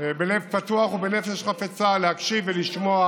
בלב פתוח ובנפש חפצה להקשיב ולשמוע,